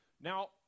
Now